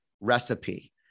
recipe